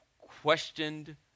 questioned